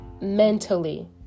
mentally